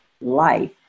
life